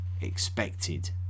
expected